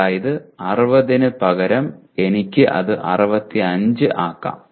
അതായത് 60 ന് പകരം എനിക്ക് അത് 65 ആക്കാം